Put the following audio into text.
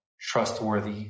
trustworthy